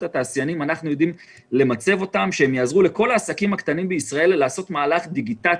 התעשיינים כדי שהם יעזרו לכל העסקים הקטנים בישראל לעשות מהלך דיגיטציה.